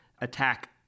attack